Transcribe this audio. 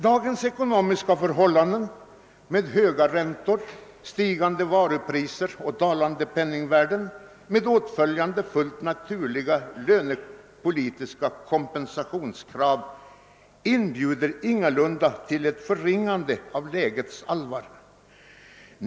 Dagens ekonomiska förhållanden, med höga räntor, stigande varupriser och dalande penningvärden med åtföljande fullt naturliga lönepolitiska kompensationskrav, inbjuder ingalunda till ett förringande av lägets allvar.